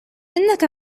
إنك